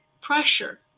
pressure